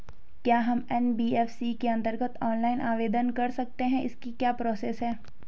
क्या हम एन.बी.एफ.सी के अन्तर्गत ऑनलाइन आवेदन कर सकते हैं इसकी क्या प्रोसेस है?